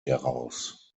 heraus